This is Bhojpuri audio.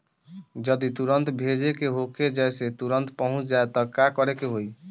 जदि तुरन्त भेजे के होखे जैसे तुरंत पहुँच जाए त का करे के होई?